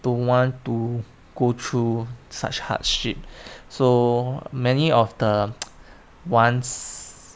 don't want to go through such hardship so many of the ones